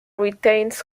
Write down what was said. retains